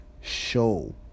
Show